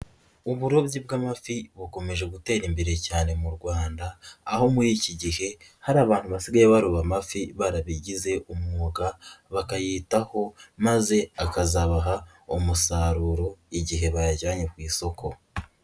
Uburobyi bw'amafi bukomeje gutera imbere cyane mu Rwanda, aho muri iki gihe hari abantu basigaye baroba amafi barabigize umwuga, bakayitaho maze akazabaha umusaruro igihe bayajyanye ku isoko.